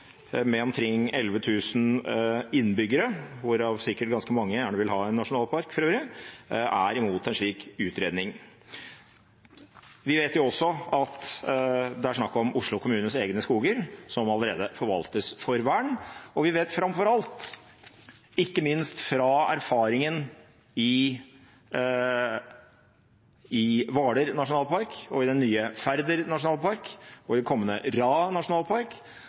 med omkring 11 000 innbyggere – hvorav sikkert ganske mange gjerne vil ha en nasjonalpark, for øvrig – er imot en slik utredning. Vi vet også at det er snakk om Oslo kommunes egne skoger, som allerede forvaltes for vern, og vi vet framfor alt, ikke minst fra erfaringen i Ytre Hvaler nasjonalpark, i den nye Færder nasjonalpark og i kommende Raet nasjonalpark,